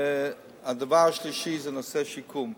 והדבר השלישי זה נושא השיקום.